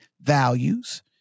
values